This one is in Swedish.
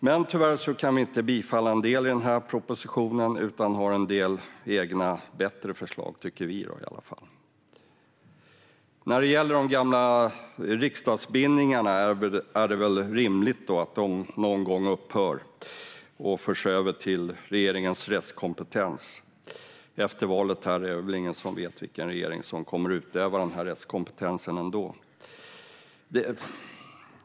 Men tyvärr kan vi inte bifalla en del i denna proposition. Vi har i stället en del egna förslag, som vi tycker är bättre. Det är väl rimligt att de gamla riksdagsbindningarna någon gång upphör och förs över till regeringens rättskompetens; det är väl ändå ingen som vet vilken regering som kommer att utöva denna rättskompetens efter valet.